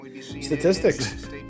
statistics